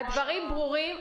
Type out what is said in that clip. הדברים ברורים.